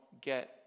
get